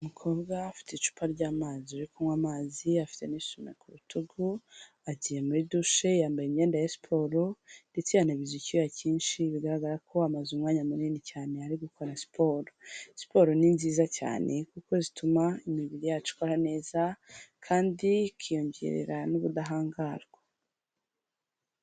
Umukobwa afite icupa ry'amazi uri kunywa amazi afite n'isume ku rutugu, agiye muri dushe, yambaye imyenda ya siporo ndetse yanabiza icyuya cyinshi bigaragara ko amaze umwanya munini cyane ari gukora siporo, siporo ni nziza cyane kuko zituma imibiri yacu ikora neza kandi ikiyongerera n'ubudahangarwa.